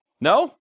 No